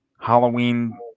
Halloween